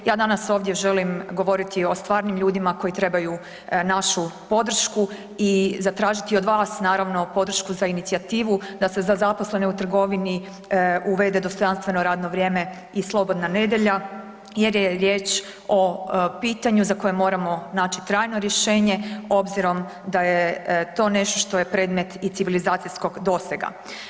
Ja danas ovdje želim govoriti o stvarnim ljudima koji trebaju našu podršku i zatražiti od vas naravno podršku za inicijativu da se za zaposlene u trgovini uvede dostojanstveno radno vrijeme i slobodna nedjelja jer je riječ o pitanju za koje moramo naći trajno rješenje obzirom da je to nešto što je predmet i civilizacijskog dosega.